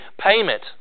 payment